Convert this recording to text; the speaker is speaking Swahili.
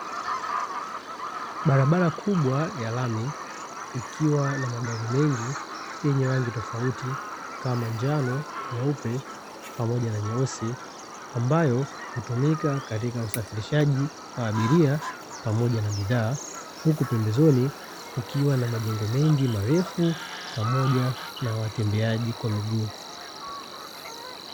Barabara kubwa ya lami ikiwa na magari mengi yenye rangi tofauti kama njano, nyeupe pamoja na nyeusi, ambayo hutumika katika usafirishaji wa abiria pamoja na bidhaa, huku pembezoni kukiwa na majengo mengi marefu pamoja na watembeaji kwa miguu.